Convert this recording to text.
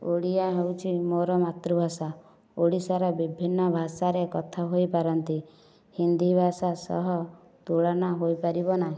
ଓଡ଼ିଆ ହେଉଛି ମୋର ମାତୃଭାଷା ଓଡ଼ିଶାରେ ବିଭିନ୍ନ ଭାଷାରେ କଥା ହୋଇପାରନ୍ତି ହିନ୍ଦୀ ଭାଷା ସହ ତୁଳନା ହୋଇପାରିବ ନାହିଁ